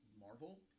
Marvel